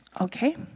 Okay